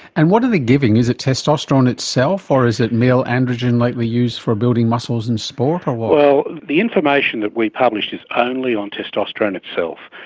and what are they giving? is it testosterone itself, or is it male androgen like they use for building muscles in sport? well, the information that we published is only on testosterone itself.